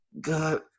God